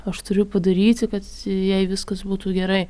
aš turiu padaryti kad jai viskas būtų gerai